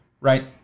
right